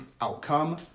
outcome